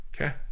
Okay